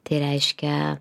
tai reiškia